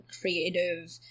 creative